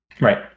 Right